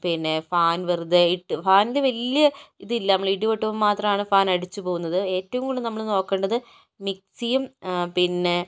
പിന്നേ ഫാൻ വെറുതെയിട്ട് ഫാനിൽ വലിയ ഇതില്ലാ നമ്മൾ ഇടി വെട്ടുമ്പം മാത്രമാണ് ഫാനടിച്ച് പോകുന്നത് എറ്റവും കൂടുതൽ നമ്മൾ നോക്കേണ്ടത് മിക്സിയും പിന്നേ